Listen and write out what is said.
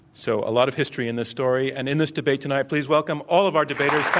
so, a lot of history in this story and in this debate tonight. please welcome all of our debaters.